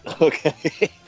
Okay